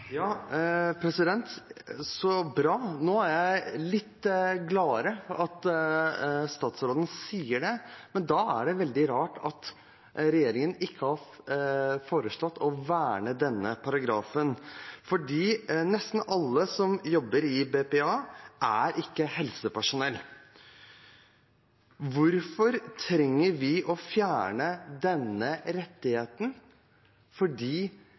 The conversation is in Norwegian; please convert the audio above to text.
Så bra. Nå er jeg litt mer glad, etter at statsråden sa det. Men da er det veldig rart at regjeringen ikke har foreslått å verne denne paragrafen, for nesten alle som jobber med BPA, er ikke helsepersonell. Hvorfor trenger vi å fjerne denne rettigheten?